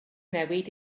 newid